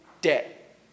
debt